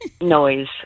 noise